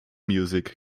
music